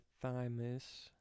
thymus